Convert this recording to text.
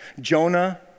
Jonah